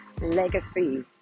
legacy